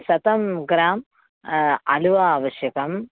शतं ग्राम् अलुवा आवश्यकम्